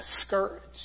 discouraged